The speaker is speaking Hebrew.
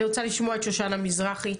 אני רוצה לשמוע את שושנה מזרחי,